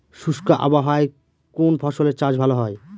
শুষ্ক আবহাওয়ায় কোন ফসলের চাষ ভালো হয়?